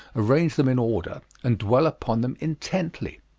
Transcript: arrange them in order, and dwell upon them intently.